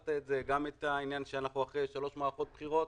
הזכרת גם שאנחנו אחרי שלוש מערכות בחירות,